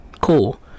Cool